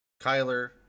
kyler